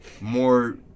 more